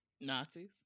Nazis